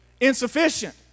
insufficient